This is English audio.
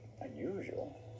unusual